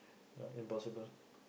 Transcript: impossible